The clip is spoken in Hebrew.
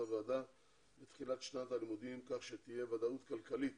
הוועדה בתחילת שנת הלימודים כך שתהיה ודאות כלכלית